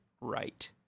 right